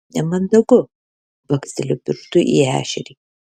nemandagu baksteliu pirštu į ešerį